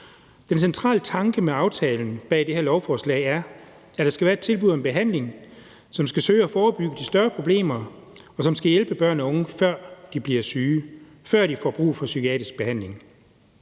Den centrale tanke med aftalen bag det her lovforslag er, at der skal være et tilbud om behandling, som skal søge at forebygge de større problemer, og som skal hjælpe børn og unge, før de bliver syge, og før de får brug for psykiatrisk behandling.